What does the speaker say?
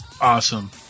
awesome